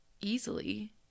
easily